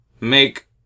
make